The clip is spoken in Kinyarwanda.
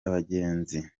abagenzi